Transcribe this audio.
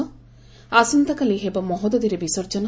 ଆସନ୍ତାକାଲି ହେବ ମହୋଦଧୂରେ ବିସର୍ଜନ